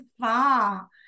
far